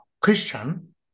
Christian